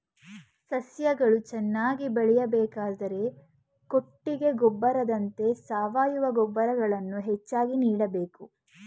ಸಸ್ಯಗಳು ಚೆನ್ನಾಗಿ ಬೆಳೆಯಬೇಕಾದರೆ ಕೊಟ್ಟಿಗೆ ಗೊಬ್ಬರದಂತ ಸಾವಯವ ಗೊಬ್ಬರಗಳನ್ನು ಹೆಚ್ಚಾಗಿ ನೀಡಬೇಕು